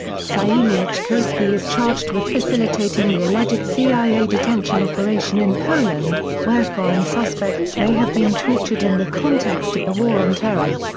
siemiatkowski is charged with facilitating the alleged cia detention operation in poland, where foreign suspects may have been tortured in the context of the war on terror.